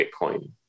bitcoin